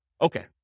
Okay